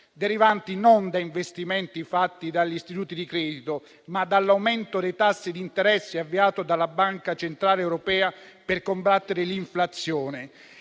derivanti non da investimenti fatti dagli istituti di credito, ma dall'aumento dei tassi di interesse avviato dalla Banca centrale europea per combattere l'inflazione.